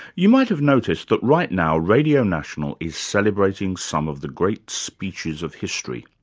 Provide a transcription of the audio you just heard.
you might have noticed that right now radio national is celebrating some of the great speeches of history.